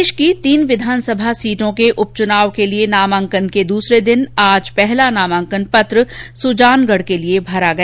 प्रदेश की तीन विधानसभा सीटों के उपचुनाव के लिये नामांकन के दूसरे दिन आज पहला नामांकन पत्र सुजानगढ़ के लिए भरा गया